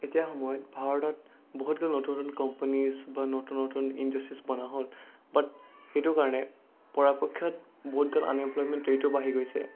এতিয়াৰ সময়ত ভাৰতত বহুতো নতুন নতুন কম্পেনিজ বা নতুন নতুন ইণ্ডাষ্ট্ৰিজ বনা হ'ল বাট সেইটো কাৰণে পৰাপক্ষত বহুত আনএম্প্লয়মেণ্ট ৰেইটো বাঢ়ি গৈছে